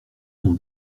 son